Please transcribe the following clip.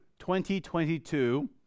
2022